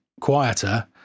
quieter